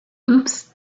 oops